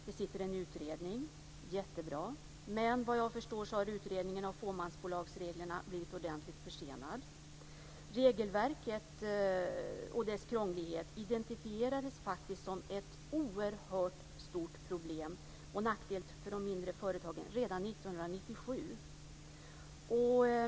Det sitter en utredning - jättebra. Men vad jag förstår har utredningen av fåmansbolagsreglerna blivit ordentligt försenad. Regelverket och dess krånglighet identifierades faktiskt som ett oerhört stort problem, och en nackdel för de mindre företagen, redan 1997.